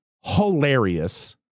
hilarious